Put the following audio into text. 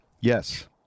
yes